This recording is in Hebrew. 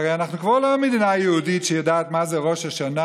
הרי אנחנו כבר לא מדינה יהודית שיודעת מה זה ראש השנה.